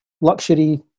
luxury